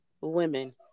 women